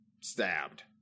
stabbed